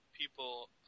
people